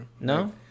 No